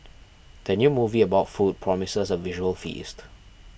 the new movie about food promises a visual feast